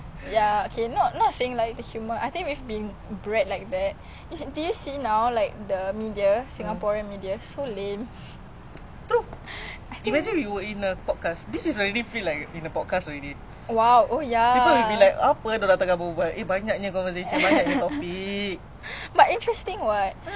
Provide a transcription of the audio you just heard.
but interesting [what] they get to think what we are thinking also I bet they are like listening or just like what the heck is going on wait do we have to transcribe this oh do we I don't want sia